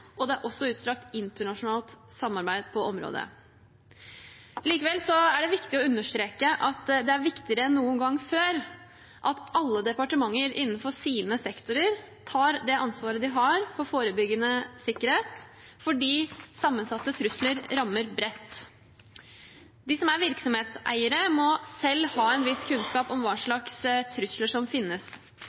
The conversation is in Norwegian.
og det er også et utstrakt internasjonalt samarbeid på området. Likevel er det viktig å understreke at det er viktigere enn noen gang før at alle departementer innenfor sine sektorer tar det ansvaret de har for forebyggende sikkerhet, fordi sammensatte trusler rammer bredt. De som er virksomhetseiere, må selv ha en viss kunnskap om hva slags trusler som finnes.